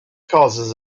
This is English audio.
causes